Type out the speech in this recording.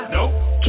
Nope